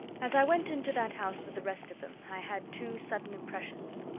as i went into that house with the rest of them, i had two sudden impressions.